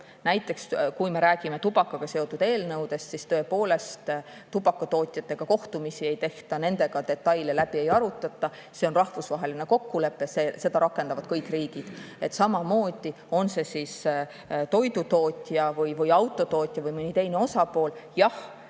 Näiteks, kui me räägime tubakaga seotud eelnõudest, siis tubakatootjatega kohtumisi tõepoolest ei peeta, nendega detaile läbi ei arutata. See on rahvusvaheline kokkulepe, seda rakendavad kõik riigid. Samamoodi, on see toidutootja või autotootja või mõni teine osapool, jah,